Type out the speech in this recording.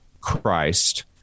Christ